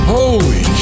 Holy